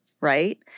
right